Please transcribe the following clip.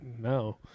no